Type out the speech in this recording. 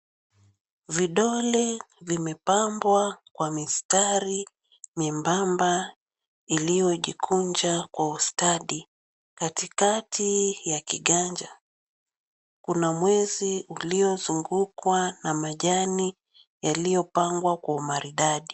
Vidole vimepambwa kwa mistari nyembamba iliyojikunja kwa ustadi. Katikati ya kiganja kuna mwezi uliozungukwa na majani yaliyopangwa kwa umaridadi.